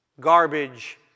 Garbage